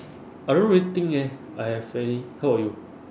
I don't really think eh I have any how about you